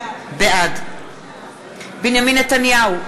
בעד בנימין נתניהו,